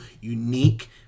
unique